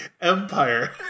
empire